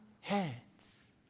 hands